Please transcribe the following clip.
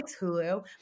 Hulu